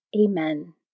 Amen